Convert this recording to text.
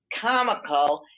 comical